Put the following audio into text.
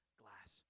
glass